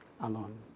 alone